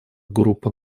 группа